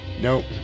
Nope